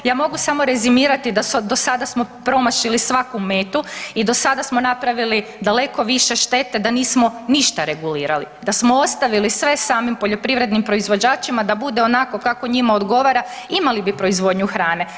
Ja mogu samo rezimirati da do sada smo promašili svaku metu i do sada smo napravili daleko više štete da nismo ništa regulirali, da smo ostavili sve samim poljoprivrednim proizvođačima da bude onako kako njima odgovora imali bi proizvodnju hrane.